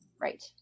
Right